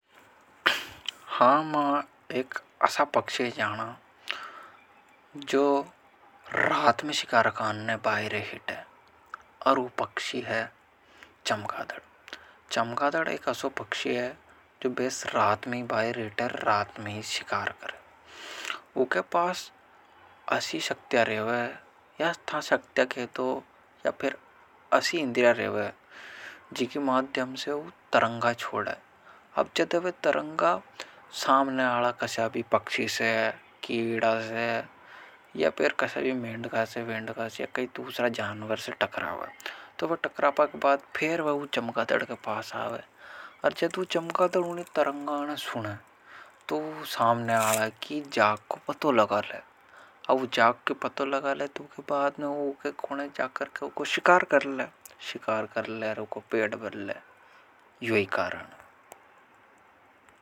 हम एक असा पक्षी जाना जो रात में शिकार कान ने बाहरे हिट है और वो पक्षी है चमकादड चमकादड एक असो पक्षी है। जो बेस रात में बाहरे हिट है रात में ही शिकार करें। वो के पास असी शक्तिया रहे हुए या था शक्तिया के तो या फिर असी इंदिया रहे हुए जिकी माध्यम से वो तरंगा छोड़े। अब जद वे तरंगा सामने आला किसा भी पक्षी से, कीडा से या पेर किसा भी मेंडगा से, वेंडगा से या कई दूसरा जानवर से टक्रावे। तो वह टक्रापा के बाद फिर वह चमका दड़ के पास आवे। और जद वह चमका दड़ उन्हें तरंगान सुने। तो वह सामने आवे की जाक को पतो लगा ले। और वह जाक के पतो लगा ले तो के बाद उन्हें जाक करके उनको शिकार कर ले। शिकार कर ले रव को पेड़ बर ले। योई कारण।